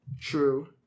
True